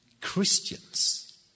Christians